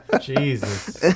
Jesus